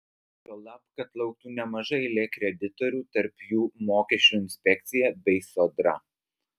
juolab kad lauktų nemaža eilė kreditorių tarp jų mokesčių inspekcija bei sodra